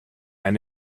and